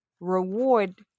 reward